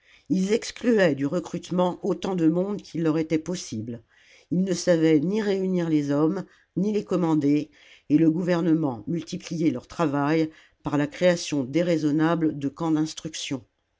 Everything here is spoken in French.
ils excluaient du recrutement autant de monde qu'il leur était possible ils ne savaient ni réunir les hommes ni les commander et le gouvernement multipliait leur travail par la création déraisonnable de camps d'instruction